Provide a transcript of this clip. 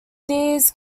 these